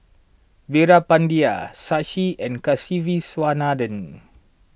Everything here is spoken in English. Veerapandiya Shashi and Kasiviswanathan